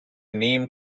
name